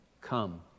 Come